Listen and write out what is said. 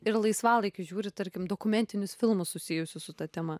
ir laisvalaikiu žiūri tarkim dokumentinius filmus susijusius su ta tema